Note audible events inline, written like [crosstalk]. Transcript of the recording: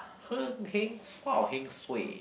[noise] heng [noise] heng suay